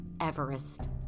Everest